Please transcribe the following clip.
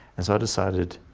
and so i decided,